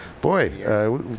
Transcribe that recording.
boy